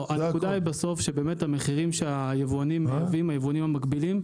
הנקודה היא בסוף שבאמת המחירים שהיבואנים המקבילים מייבאים,